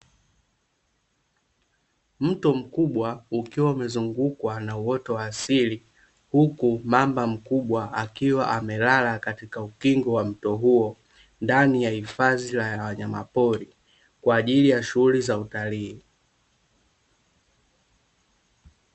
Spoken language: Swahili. Mto mkubwa ukiwa umezungukwa na uoto wa asili, huku mamba mkubwa akiwa amelala katika ukingo wa mto huo, ndani ya hifadhi ya wanyama pori, kwaajili ya shughuli za utalii.